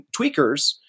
tweakers